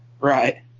right